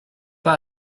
pas